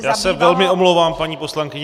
Já se velmi omlouvám, paní poslankyně.